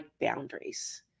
boundaries